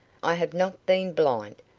i have not been blind.